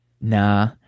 Nah